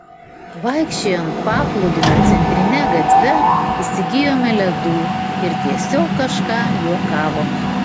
vaikščiojant paplūdimio centrine gatve įsigijome ledų ir tiesiog kažką juokavome